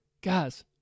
guys